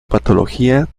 patología